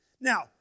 Now